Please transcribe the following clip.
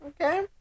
Okay